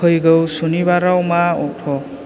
फैगौ सनिबाराव मा अक्ट'